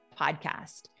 podcast